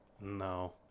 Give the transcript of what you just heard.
No